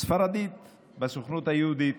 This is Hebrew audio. ספרדית בסוכנות היהודית.